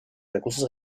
recursos